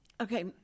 okay